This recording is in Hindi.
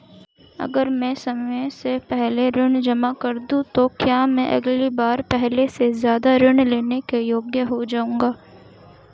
अगर मैं समय से पहले ऋण जमा कर दूं तो क्या मैं अगली बार पहले से ज़्यादा ऋण लेने के योग्य हो जाऊँगा?